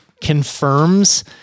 confirms